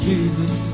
Jesus